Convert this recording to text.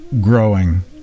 growing